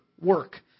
work